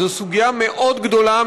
זו סוגיה מאוד גדולה,